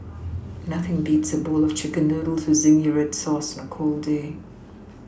nothing beats a bowl of chicken noodles with zingy red sauce on a cold day